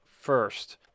first